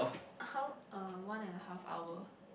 how uh one and a half hour